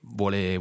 vuole